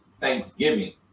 thanksgiving